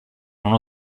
uno